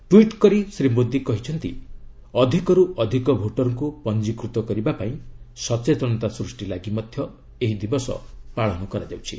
tweet କରି ଶ୍ରୀ ମୋଦି କହିଛନ୍ତି ଅଧିକରୁ ଅଧିକ ଭୋଟରଙ୍କୁ ପଞ୍ଜିକୃତ କରିବା ପାଇଁ ସଚେତନତା ସୃଷ୍ଟି ଲାଗି ମଧ୍ୟ ଏହି ଦିବସ ପାଳନ କରାଯାଉଛି